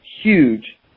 huge